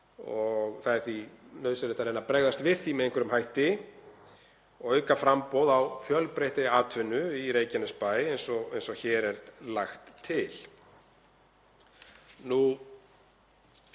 og það er því nauðsynlegt að reyna að bregðast við því með einhverjum hætti og auka framboð á fjölbreyttari atvinnu í Reykjanesbæ eins og hér er lagt til.